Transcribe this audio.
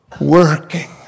working